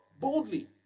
boldly